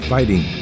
Fighting